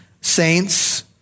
saints